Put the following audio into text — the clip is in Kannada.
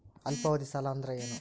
ಅಲ್ಪಾವಧಿ ಸಾಲ ಅಂದ್ರ ಏನು?